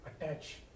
attach